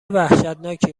وحشتناکی